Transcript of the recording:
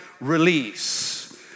release